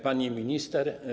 Pani Minister!